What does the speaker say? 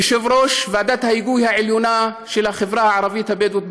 כיושב-ראש ועדת ההיגוי העליונה של החברה הערבית הבדואית